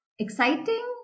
exciting